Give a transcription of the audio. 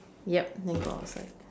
yup then go outside